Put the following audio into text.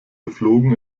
geflogen